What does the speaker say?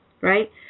right